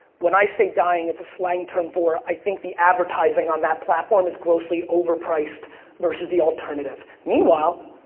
when i say dying it's a slang term for, i think the advertising on that platform is grossly overpriced versus the alternative. meanwhile,